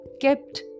kept